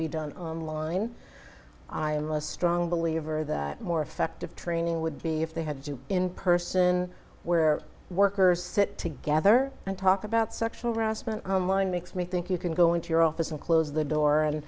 be done online i am a strong believer that more effective training would be if they had to in person where workers sit together and talk about sexual harassment online makes me think you can go into your office and close the door and